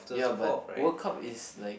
ya but World Cup is like